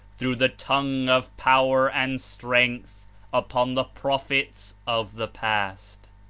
through the tongue of power and strength upon the prophets of the past.